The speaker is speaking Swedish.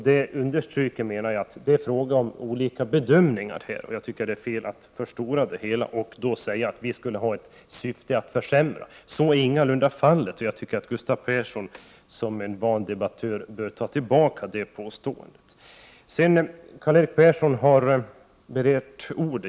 Det understryker att det är fråga om olika bedömningar, och jag tycker det är fel att förstora det hela och säga att vi skulle ha ett syfte att försämra för de anställda. Så är ingalunda fallet, och jag tycker att Gustav Persson, som är en van debattör, bör ta tillbaka det påståendet.